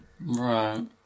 Right